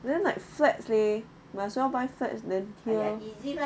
then like flat leh might as well buy flats than heels